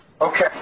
Okay